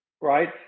right